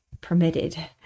permitted